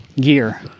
gear